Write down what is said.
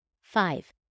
Five